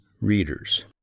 readers